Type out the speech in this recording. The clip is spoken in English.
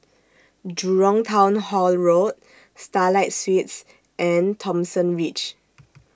Jurong Town Hall Road Starlight Suites and Thomson Ridge